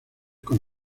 con